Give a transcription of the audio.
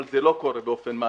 אבל זה לא קורה באופן מעשי,